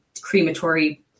crematory